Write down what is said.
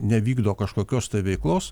nevykdo kažkokios veiklos